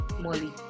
Molly